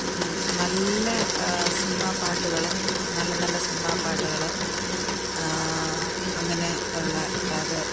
നല്ല സിനിമ പാട്ടുകൾ നല്ല നല്ല സിനിമ പാട്ടുകൾ അങ്ങനെ ഉള്ള അതായത്